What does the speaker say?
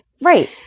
right